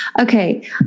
Okay